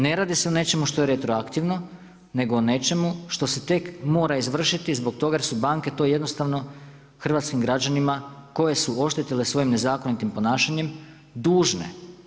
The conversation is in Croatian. Ne radi se o nečemu što je retroaktivno, nego o nečemu što se tek mora izvršiti zbog toga jer su banke to jednostavno hrvatskim građanima koje su oštetile svojim nezakonitim ponašanjem dužne.